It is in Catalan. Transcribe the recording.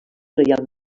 reial